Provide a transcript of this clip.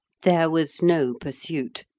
there was no pursuit,